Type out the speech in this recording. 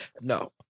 No